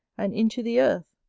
and into the earth!